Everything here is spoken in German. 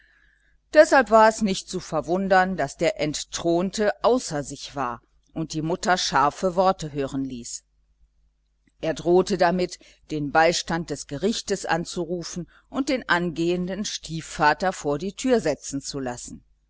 deshalb war es nicht zu verwundern daß der entthronte außer sich war und die mutter scharfe worte hören ließ er drohte damit den beistand des gerichtes anzurufen und den angehenden stiefvater vor die tür setzen zu lassen